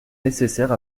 nécessaire